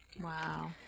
wow